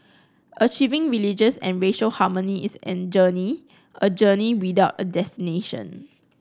achieving religious and racial harmony is an journey a journey without a destination